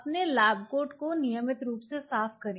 अपने lab coat को नियमित रूप से साफ करें